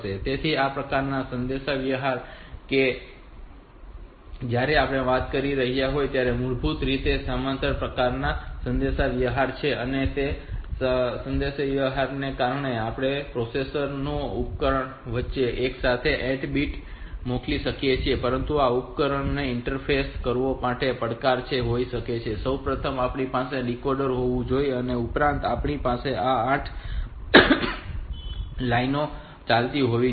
તેથી આ પ્રકારનો સંદેશાવ્યવહાર કે જેના વિશે આપણે વાત કરી રહ્યા છીએ તે મૂળભૂત રીતે સમાંતર પ્રકારનો સંદેશાવ્યવહાર છે અને તે સમાંતર સંદેશાવ્યવહાર છે કારણ કે આપણે પ્રોસેસર અને ઉપકરણ વચ્ચે એકસાથે 8 બિટ્સ ડેટા મોકલીએ છીએ પરંતુ આ ઉપકરણોને ઇન્ટરફેસ કરવો માટેનો પડકાર એ હોય છે કે સૌથી પહેલા આપણી પાસે આ ડીકોડર હોવું જોઈએ ઉપરાંત આપણી પાસે આ 8 લાઈનો ચાલતી હોવી જોઈએ